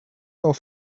auf